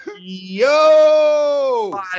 Yo